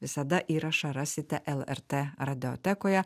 visada įrašą rasite lrt radiotekoje